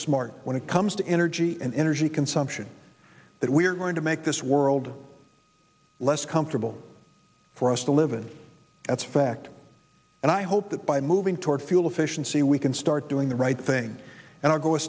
smart when it comes to energy and energy consumption that we're going to make this world less comfortable for us to live in that's fact and i hope that by moving toward fuel efficiency we can start doing the right thing and i'll go a